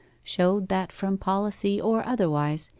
showed that from policy or otherwise,